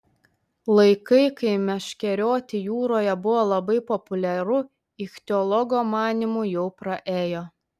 laikai kai meškerioti jūroje buvo labai populiaru ichtiologo manymu jau praėjo